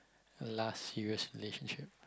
last serious relationship